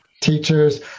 teachers